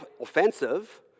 offensive